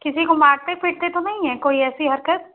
किसी को मारते पीटते तो नहीं हैं कोई ऐसी हरकत